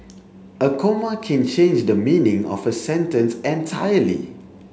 a comma can change the meaning of a sentence entirely